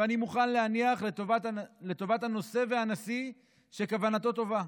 ואני מוכן להניח לטובת הנושא והנשיא שכוונתו טובה.